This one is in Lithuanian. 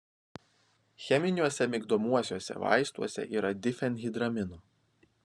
cheminiuose migdomuosiuose vaistuose yra difenhidramino